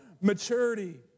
maturity